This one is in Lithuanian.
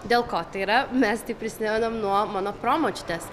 dėl ko tai yra mes tai prisimenam nuo mano promočiutės